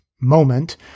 moment